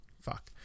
Fuck